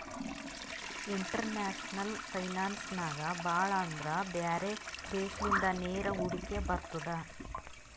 international finance ನಾಗ್ ಭಾಳ ಅಂದುರ್ ಬ್ಯಾರೆ ದೇಶಲಿಂದ ನೇರ ಹೂಡಿಕೆ ಬರ್ತುದ್